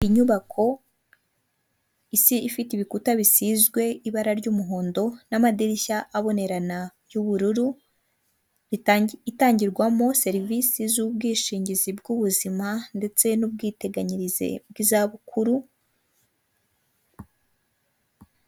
Inyubako isa ifite ibikuta bishyizwe ibara ry'umuhondo n'amadirishya abonerana y'ubururu, itangirwamo serivisi z'ubwishingizi bw'ubuzima ndetse n'ubwiteganyirize bw'izabukuru.